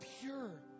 pure